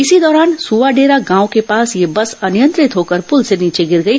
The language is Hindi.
इसी दौरान सुवाडेरा गांव के पास यह बस अनियंत्रित होकर पुल से नीचे गिर गई